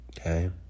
Okay